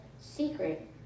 secret